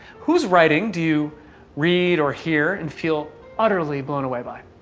whose writing do you read or hear and feel utterly blown away by?